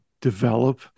develop